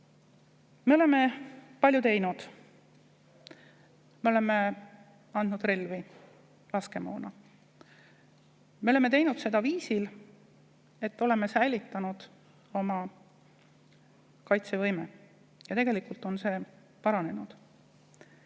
Me oleme palju teinud. Me oleme andnud relvi ja laskemoona. Me oleme teinud seda viisil, et oleme säilitanud oma kaitsevõime. Tegelikult on see isegi paranenud,